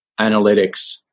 analytics